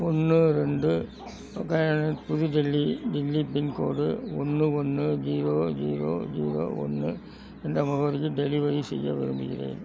ஒன்று ரெண்டு oak lane புது தில்லி தில்லி பின்கோடு ஒன்று ஒன்று ஜீரோ ஜீரோ ஜீரோ ஒன்று என்ற முகவரிக்கு டெலிவரி செய்ய விரும்புகிறேன்